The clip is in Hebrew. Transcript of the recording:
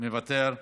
מוותר,